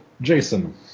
Jason